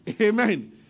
Amen